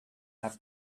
have